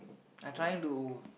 I trying to